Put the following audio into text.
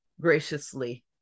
graciously